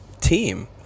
team